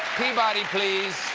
peabody, please!